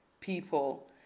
people